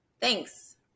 Thanks